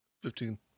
Fifteen